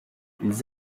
ils